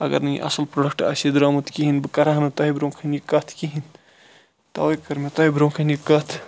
اَگَر نہٕ یہِ اصل پروڈَکٹ آسہِ ہا درامُت کِہیٖنۍ بہٕ کَرہا نہٕ تۄہہِ برونٛہہ کَنہِ یہِ کتھ کِہیٖنۍ تَوے کٔر مےٚ تۄہہِ برونٛہہ کَنہِ یہِ کتھ